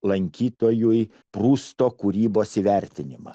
lankytojui prusto kūrybos įvertinimą